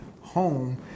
home